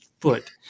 foot